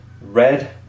red